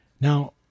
Now